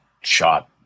shot